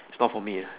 it's not for me uh